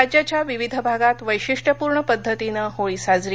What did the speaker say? राज्याच्या विविध भागात वैशिष्ट्यपूर्ण पद्धतीनं होळी साजरी